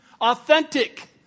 Authentic